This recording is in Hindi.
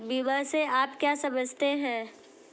बीमा से आप क्या समझते हैं?